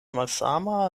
malsama